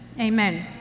Amen